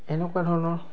এনেকুৱা ধৰণৰ